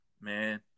man